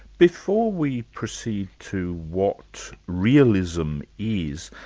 before we proceed to what realism is,